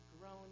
grown